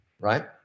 right